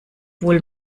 wohl